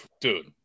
dude